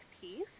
piece